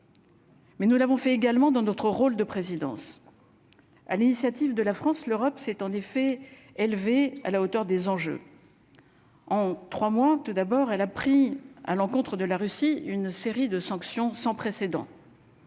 Mais nous l'avons fait également dans notre rôle de présidence à l'initiative de la France, l'Europe s'est en effet élevé à la hauteur des enjeux en 3 mois, tout d'abord, elle a pris à l'encontre de la Russie, une série de sanctions sans précédent.